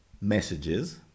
messages